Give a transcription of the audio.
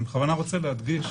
אני בכוונה רוצה להדגיש